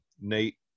Nate